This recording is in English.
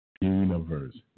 Universe